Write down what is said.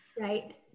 Right